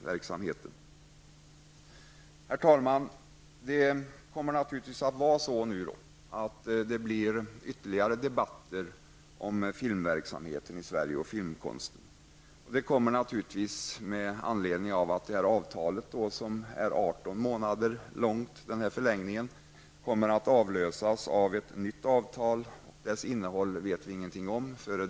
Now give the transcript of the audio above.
Herr talman! Det kommer naturligtvis att bli ytterligare debatter om filmverksamheten i Sverige och om filmkonsten. Det kommer naturligtvis att ske med anledning av att förlängningen av avtalet, som gäller 18 månader, kommer att avlösas av ett nytt avtal. Dess innehåll vet vi ingenting om.